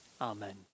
Amen